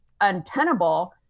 untenable